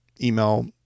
email